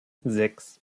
sechs